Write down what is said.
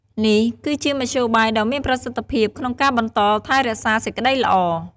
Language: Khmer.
នេះគឺជាមធ្យោបាយដ៏មានប្រសិទ្ធភាពក្នុងការបន្តថែរក្សាសេចក្តីល្អ។